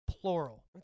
Plural